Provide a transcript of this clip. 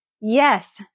Yes